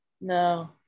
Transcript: No